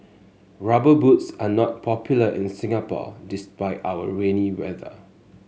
rubber boots are not popular in Singapore despite our rainy weather